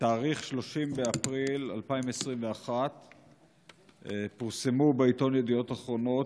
ב-30 באפריל 2021 פורסמו בעיתון ידיעות אחרונות